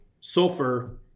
sulfur